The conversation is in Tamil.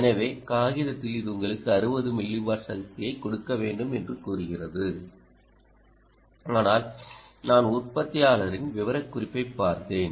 எனவே காகிதத்தில் இது உங்களுக்கு 60 மில்லிவாட் சக்தியைக் கொடுக்க வேண்டும் என்று கூறுகிறது ஆனால் நான் உற்பத்தியாளரின் விவரக்குறிப்பைப் பார்த்தேன்